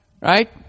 right